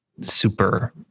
super